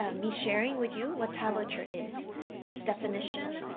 ah me sharing with you what tablature is its definition,